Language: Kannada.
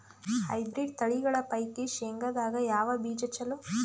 ಹೈಬ್ರಿಡ್ ತಳಿಗಳ ಪೈಕಿ ಶೇಂಗದಾಗ ಯಾವ ಬೀಜ ಚಲೋ?